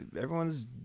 everyone's